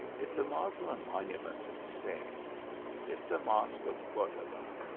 if the moslem monuments in spain if the mosque of cordova,